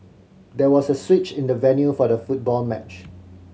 there was a switch in the venue for the football match